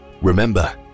Remember